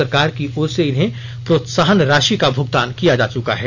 सरकार की ओर से इन्हें प्रोत्साहन राशि का भुगतान किया जा चुका है